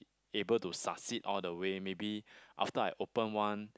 able to succeed all the way maybe after I open one